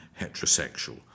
heterosexual